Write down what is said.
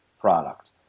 product